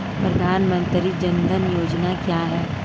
प्रधानमंत्री जन धन योजना क्या है?